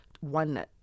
One